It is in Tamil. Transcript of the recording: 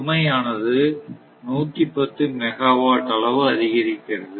சுமையானது 110 மெகாவாட் அளவு அதிகரிக்கிறது